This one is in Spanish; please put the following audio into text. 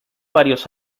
varios